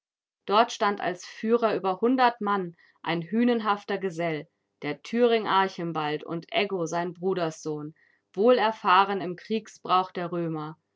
dort stand als führer über hundert mann ein hünenhafter gesell der thüring archimbald und eggo sein bruderssohn wohlerfahren im kriegsbrauch der römer